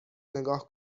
نگاه